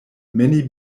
many